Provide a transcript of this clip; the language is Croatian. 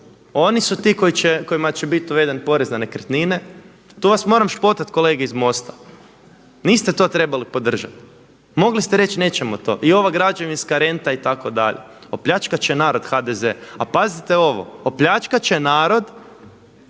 Oni su ti kojima će biti uveden porez na nekretnine, tu vas moram špotat kolege iz MOST-a, niste to trebali podržati, mogli ste reći nećemo to i ova građevinska renta itd. opljačkat će narod HDZ. A pazite ovo, opljačkat će narod